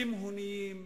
תימהוניים,